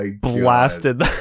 blasted